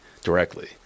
directly